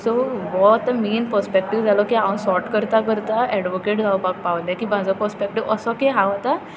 so हो तो main perspective जालो की हांव सॉर्ट करतां करतां एडवोकेट जावपाक पावलें की म्हजो पर्सपेक्टीव असो की हांव आतां